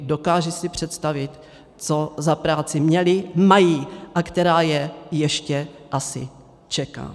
Dokážu si představit, co za práci měly, mají a která je ještě asi čeká.